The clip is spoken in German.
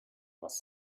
was